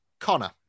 Connor